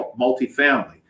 multifamily